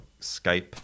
Skype